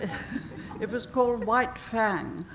it was called white fang.